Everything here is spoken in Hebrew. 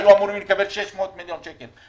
היו אמורים לקבל 600 מיליון שקלים,